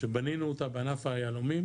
שבנינו אותה בענף היהלומים